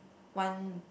one